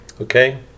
Okay